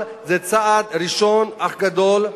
זה צעד ראשון אך גדול.